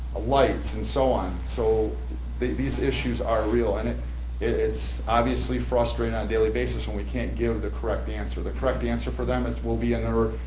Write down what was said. lights, and so on, so these issues are real, and and it's obviously frustrating on a daily basis and we can't give the correct answer. the correct answer for them is, we'll be in there,